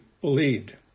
believed